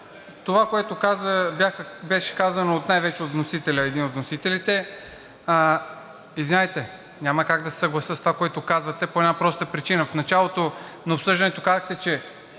това, което беше казано най-вече от един от вносителите. Извинявайте, няма как да се съглася с това, което казвате, по една проста причина. В началото на обсъждането казахте, че